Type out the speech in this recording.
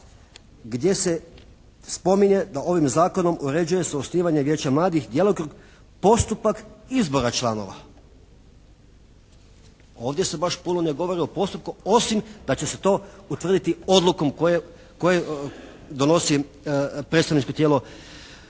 gdje se spominje da ovim zakonom uređuje se osnivanje Vijeća mladih, djelokrug, postupak izbora članova. Ovdje se baš puno ne govori o postupku osim da će se to utvrditi odlukom koje donosi predstavničko tijelo jedinica